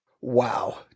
Wow